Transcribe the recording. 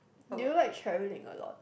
do you like travelling a lot